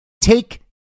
take